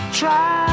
try